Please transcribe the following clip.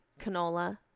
canola